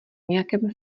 nějakém